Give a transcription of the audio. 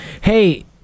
Hey